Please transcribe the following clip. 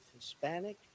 Hispanic